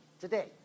today